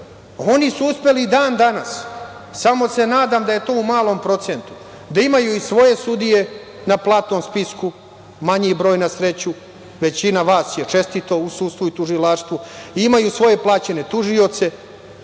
Oni su uspeli i dan danas, samo se nadam da je to u malom procentu, da imaju i svoje sudije na platnom spisku, manji broj na sreću, većina vas je čestito u sudstvu i tužilaštvu, imaju svoje plaćene tužioce,